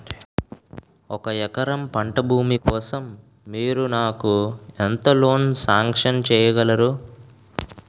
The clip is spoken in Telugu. ఒక ఎకరం పంట భూమి కోసం మీరు నాకు ఎంత లోన్ సాంక్షన్ చేయగలరు?